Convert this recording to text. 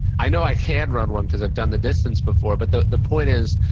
i know i can run one because i've done the distance before. but the the point is,